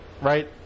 right